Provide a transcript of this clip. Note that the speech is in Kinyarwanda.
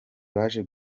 baje